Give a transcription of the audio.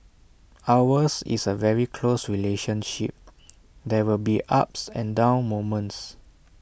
ours is A very close relationship there will be ups and down moments